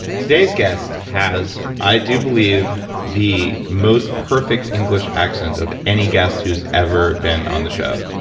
today's guest has i do believe the most perfect english accent of any guest who's ever been on the show.